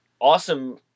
Awesome